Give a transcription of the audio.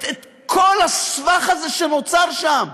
את כל הסבך הזה שנוצר שם?